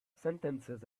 sentences